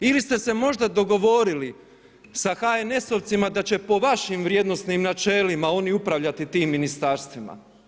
Ili ste se možda dogovorili sa HNS-ovcima da će po vašim vrijednosnim načelima oni upravljati tim ministarstvima.